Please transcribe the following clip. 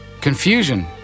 Confusion